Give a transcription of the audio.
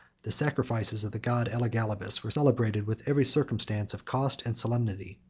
the sacrifices of the god elagabalus were celebrated with every circumstance of cost and solemnity.